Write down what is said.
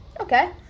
Okay